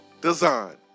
Design